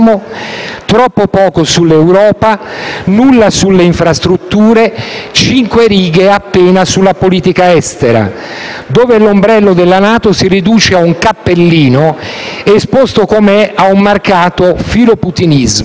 troppo poco sull'Europa, nulla sulle infrastrutture, cinque righe appena sulla politica estera, dove l'ombrello della NATO si riduce ad un cappellino, esposto com'è a un marcato filoputinismo.